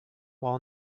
while